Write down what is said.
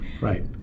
Right